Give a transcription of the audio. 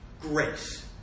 Grace